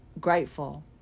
grateful